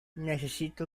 necesito